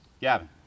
Gavin